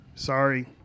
Sorry